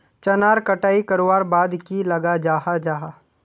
चनार कटाई करवार बाद की लगा जाहा जाहा?